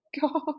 God